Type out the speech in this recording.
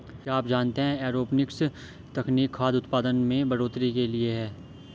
क्या आप जानते है एरोपोनिक्स तकनीक खाद्य उतपादन में बढ़ोतरी के लिए है?